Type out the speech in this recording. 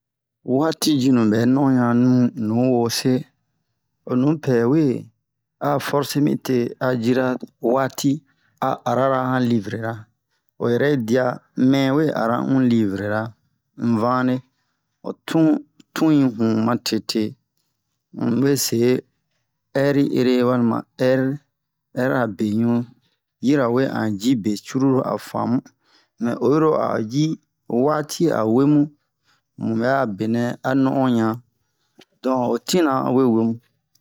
Waati jinu bɛ no'onɲa nu nuwo se ho nupɛ we a forse mi te a jira Waati a arana han livrera o yɛrɛ yi diya mɛ we ara un livrera un vane ho tun tun yi hun ma tete un we se ɛri ere walima ɛri ɛrira beɲu yirawe an ji be cururu a famu mɛ oyi ro a'o ji Waati a wemu mu bɛ'a benɛ a no'onɲa don ho tina o we wemu